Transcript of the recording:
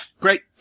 great